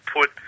put